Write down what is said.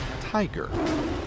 Tiger